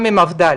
גם הוא מהמפד"ל.